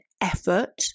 effort